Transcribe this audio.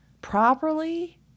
properly